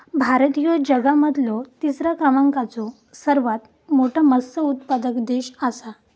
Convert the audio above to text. भारत ह्यो जगा मधलो तिसरा क्रमांकाचो सर्वात मोठा मत्स्य उत्पादक देश आसा